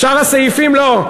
שאר הסעיפים לא.